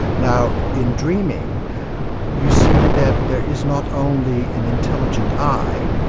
now in dreaming you see that there is not only an intelligent i,